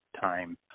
time